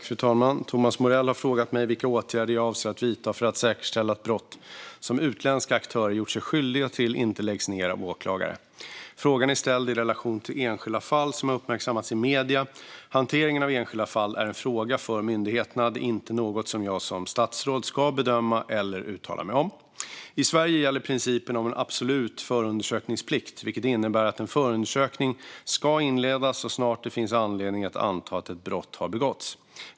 Fru talman! Thomas Morell har frågat mig vilka åtgärder jag avser att vidta för att säkerställa att brott som utländska aktörer gjort sig skyldiga till inte läggs ned av åklagare. Frågan är ställd i relation till enskilda fall som har uppmärksammats i medier. Hanteringen av enskilda fall är en fråga för myndigheterna. Det är inte något som jag som statsråd ska bedöma eller uttala mig om. I Sverige gäller principen om en absolut förundersökningsplikt, vilket innebär att en förundersökning ska inledas så snart det finns anledning att anta att ett brott har begåtts.